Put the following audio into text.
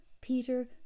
Peter